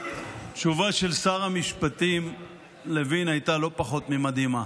התשובה של שר המשפטים לוין הייתה לא פחות ממדהימה.